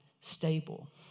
stable